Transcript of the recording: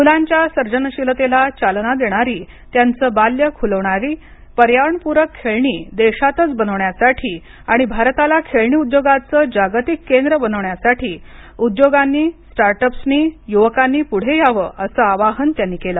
मुलांच्या सर्जनशीलतेला चालना देणारी त्यांचं बाल्य खुलवणारी पर्यावरणपूरक खेळणी देशातच बनवण्यासाठी आणि भारताला खेळणी उद्योगाचं जागतिक केंद्र बनवण्यासाठी उद्योगांनी स्टार्टअप्सनी युवकांनी पुढे यावं असं आवाहन त्यांनी केलं